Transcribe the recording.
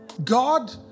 God